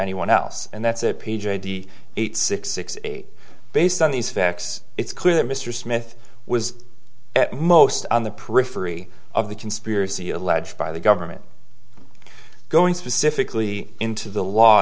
anyone else and that's it p j d eight six six eight based on these facts it's clear that mr smith was at most on the periphery of the conspiracy alleged by the government going specifically into the law